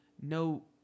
No